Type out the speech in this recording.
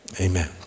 amen